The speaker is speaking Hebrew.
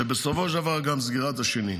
ובסופו של דבר גם סגירת השני.